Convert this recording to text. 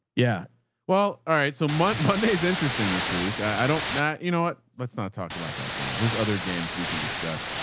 yeah well, all right. so my monday is interesting this week. i don't know. you know what? let's not talk about that game. there's other games we can discuss.